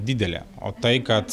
didelė o tai kad